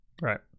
Right